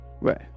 Right